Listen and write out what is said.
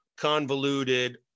convoluted